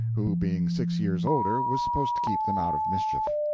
who, being six years older, was supposed to keep them out of mischief.